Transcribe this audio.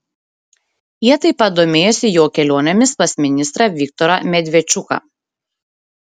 jie taip pat domėjosi jo kelionėmis pas ministrą viktorą medvedčuką